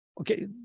Okay